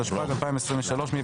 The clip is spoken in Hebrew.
התשפ"ג-2023 (מ/1594),